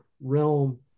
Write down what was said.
realm